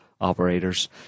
Operators